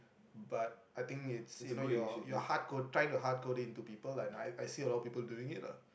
but I think it's you know your you hard code trying to hard code it into people lah and I I see a lot of people doing it lah